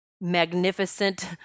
magnificent